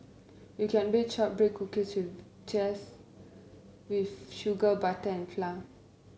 you can bake shortbread cookies just with sugar butter and flour